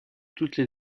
toutes